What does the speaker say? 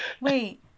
Wait